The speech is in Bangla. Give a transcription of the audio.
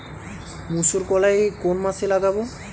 মুসুরকলাই কোন মাসে লাগাব?